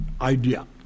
idea